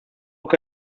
que